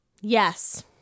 Yes